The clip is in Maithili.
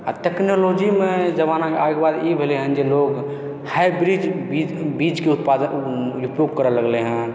आ टेक्नोलॉजीमे जमाना आबयके बाद ई भेलै हन जे लोग हाइब्रिड बीजके उत्पादन उपयोग करै लगलै हँ